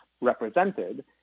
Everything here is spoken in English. represented